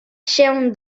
się